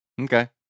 Okay